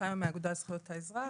אני מהאגודה לזכויות האזרח,